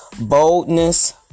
Boldness